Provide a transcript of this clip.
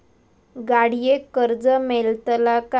गाडयेक कर्ज मेलतला काय?